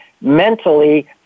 mentally